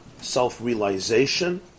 self-realization